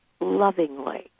lovingly